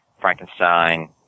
Frankenstein